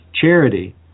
charity